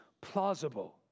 plausible